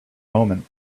moment